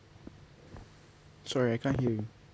sorry I can't hear you